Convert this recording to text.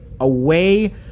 Away